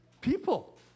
people